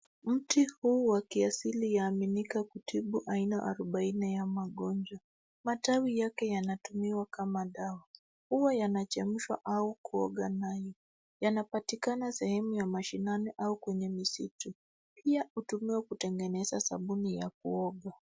Mti huu wa kiasili yaaminika kutibu aina arobaini ya magonjwa. Matawi yake yanatumiwa kama dawa. Huwa yanachemshwa au kuoga nayo. Yanapatikana sehemu ya mashinani au kwenye misitu. Pia hutumiwa kutengeneza sabuni ya kuoga.